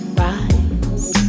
rise